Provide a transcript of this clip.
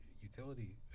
utility